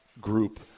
group